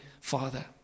Father